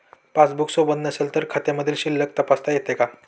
Passbook सोबत नसेल तर खात्यामधील शिल्लक तपासता येते का?